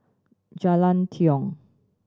Jalan Tiong